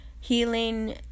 healing